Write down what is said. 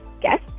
guess